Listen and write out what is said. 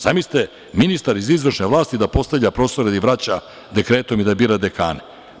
Zamislite, ministar iz izvršne vlasti da postavlja profesore i vraća dekretom i da bira dekane.